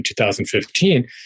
2015